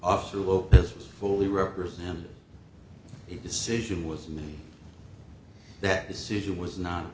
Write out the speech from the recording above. office to lopez was fully represented a decision was made that decision was not